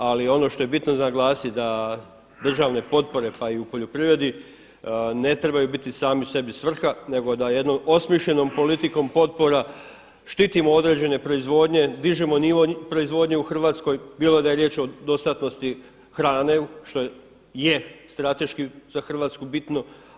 Ali ono što je bitno za naglasit da državne potpore, pa i u poljoprivredi ne trebaju biti sami sebi svrha, nego da jednom osmišljenom politikom potpora štitimo određene proizvodnje, dižemo nivo proizvodnje u Hrvatskoj, bilo da je riječ o dostatnosti hrane što je strateški za Hrvatsku bitno.